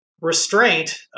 Restraint